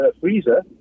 freezer